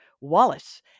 Wallace